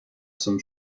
zum